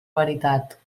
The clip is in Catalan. veritat